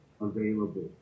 available